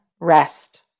rest